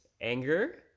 anger